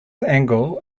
angle